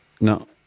No